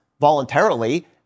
voluntarily